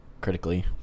critically